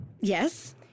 yes